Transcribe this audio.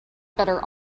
better